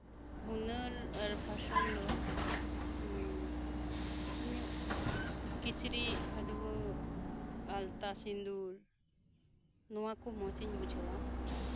ᱦᱩᱱᱟᱹᱨ ᱯᱷᱮᱥᱮᱱ ᱫᱚ ᱤᱧᱟᱹᱜ ᱠᱤᱪᱨᱤᱪ ᱠᱷᱟᱹᱰᱣᱟᱹᱜ ᱟᱞᱛᱟ ᱥᱤᱸᱫᱩᱨ ᱱᱚᱣᱟ ᱠᱚ ᱢᱚᱸᱡ ᱤᱧ ᱵᱩᱡᱷᱟᱹᱣᱟ